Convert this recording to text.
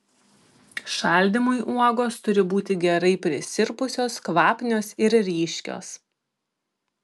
šaldymui uogos turi būti gerai prisirpusios kvapnios ir ryškios